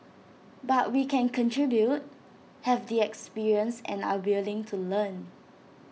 but we can contribute have the experience and are willing to learn